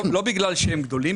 לא בגלל שהם גדולים.